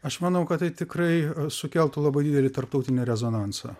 aš manau kad tai tikrai sukeltų labai didelį tarptautinį rezonansą